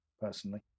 personally